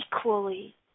equally